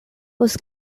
was